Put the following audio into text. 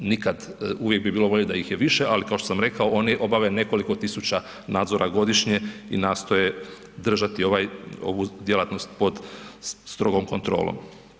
Nikad, uvijek bi bilo bolje da ih je više, ali kao što sam rekao, oni obave nekoliko tisuća nadzora godišnje i nastoje držati ovu djelatnost pod strogom kontrolom.